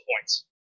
points